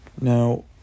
Now